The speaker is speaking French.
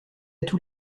tous